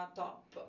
top